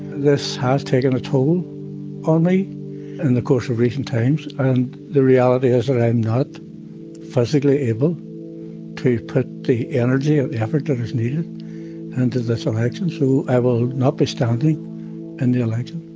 this has taken a toll on me in the course of recent times, and the reality is that i'm not physically able to put the energy or the effort that is needed into this election, so i will not be standing in the election.